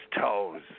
toes